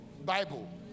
Bible